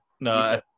no